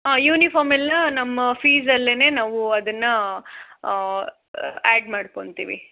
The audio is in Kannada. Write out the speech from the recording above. ಆಂ ಯೂನಿಫಾರ್ಮೆಲ್ಲ ನಮ್ಮ ಫೀಸಲ್ಲೆ ನಾವು ಅದನ್ನ ಆ್ಯಡ್ ಮಾಡ್ಕೊಳ್ತೀವಿ